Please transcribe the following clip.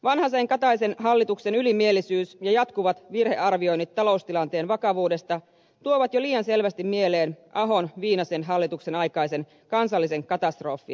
vanhasenkataisen hallituksen ylimielisyys ja jatkuvat virhearvioinnit taloustilanteen vakavuudesta tuovat jo liian selvästi mieleen ahonviinasen hallituksen aikaisen kansallisen katastrofin